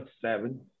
seven